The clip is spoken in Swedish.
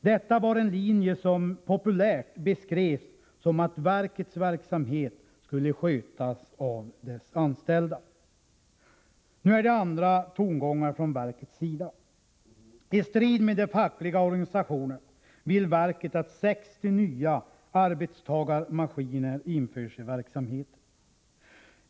Detta var en linje som populärt beskrevs som att verkets verksamhet skulle skötas av dess anställda. Nu är det andra tongångar från verkets sida. I strid med de fackliga organisationerna vill verket att 60 nya arbetstagarägda maskiner införs i verksamheten.